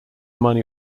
money